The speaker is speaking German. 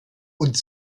und